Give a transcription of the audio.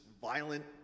violent